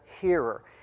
hearer